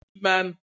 man